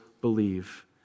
believe